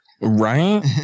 Right